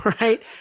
right